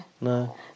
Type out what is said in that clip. No